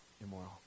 immoral